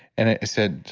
and i said to